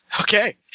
okay